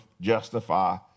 justify